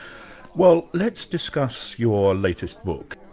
well let's discuss your latest book.